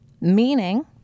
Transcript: meaning